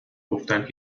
گفتند